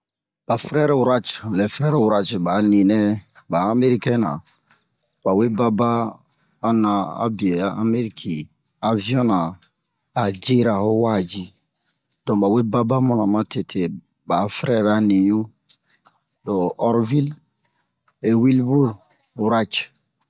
Ba fɛrɛr-wurac lɛ fɛrɛr-urac ba a ni nɛ ba amerikɛn na ba we baba a na a biyɛ a ameriki aviyon na jera ho wa ji don ba we baba mu na matete ba'a fɛrɛr-ra niɲu lo orvil e wilbur-wurac